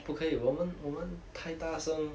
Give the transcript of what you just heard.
不可以我们我们太大声